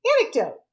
Anecdote